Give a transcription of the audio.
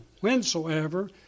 whensoever